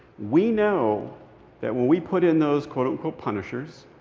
we know that, when we put in those quote, unquote, punishers,